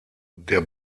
der